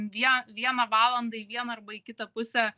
vie vieną valandą į vieną arba į kitą pusę